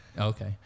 Okay